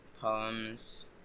poems